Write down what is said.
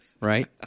Right